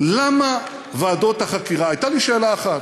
למה ועדות החקירה האלה הן חסויות?